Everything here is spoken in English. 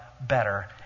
better